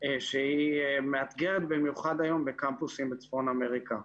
שהיא מאתגרת במיוחד היום בקמפוסים בצפון אמריקה.